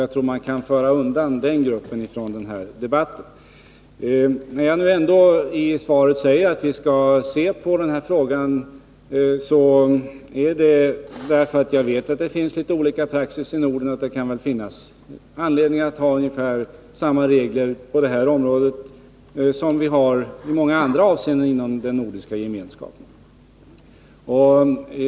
Jag tror alltså att vi kan föra undan den gruppen från debatten. När jag i svaret säger att vi skall se på den här frågan beror det på att det finns litet olika praxis i Norden och att det kan finnas anledning att ha ungefär samma regler på det här området, liksom vi har det på andra områden inom den nordiska gemenskapen.